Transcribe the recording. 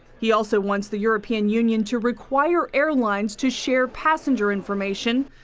he also wants the european union to require airlines to share passenger information,